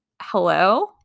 hello